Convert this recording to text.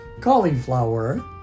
cauliflower